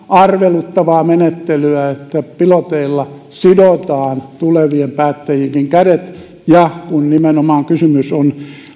arveluttavaa menettelyä että piloteilla sidotaan tulevienkin päättäjien kädet kun nimenomaan kysymys on